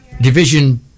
division